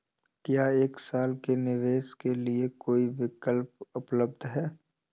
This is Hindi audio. क्या एक साल के निवेश के लिए कोई विकल्प उपलब्ध है?